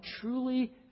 truly